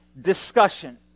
discussion